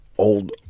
Old